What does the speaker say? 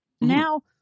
Now